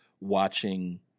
watching